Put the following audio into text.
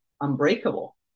unbreakable